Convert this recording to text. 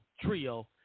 trio